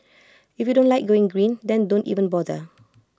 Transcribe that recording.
if you don't like going green then don't even bother